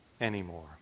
anymore